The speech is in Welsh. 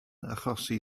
achosi